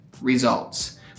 results